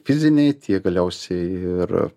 fizinei tiek galiausiai ir